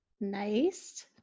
Nice